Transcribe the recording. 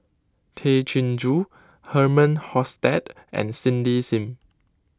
Tay Chin Joo Herman Hochstadt and Cindy Sim